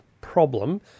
problem